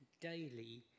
daily